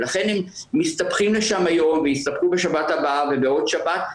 ולכן הם מסתפחים לשם היום ויסתפחו בשבת הבאה ובעוד שבת,